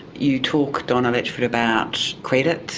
you talk, donna letchford, about credit.